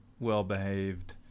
Well-behaved